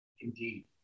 Indeed